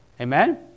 Amen